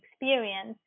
experience